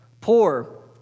Poor